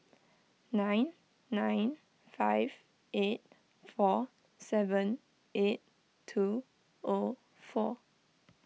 nine nine five eight four seven eight two O four